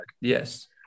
yes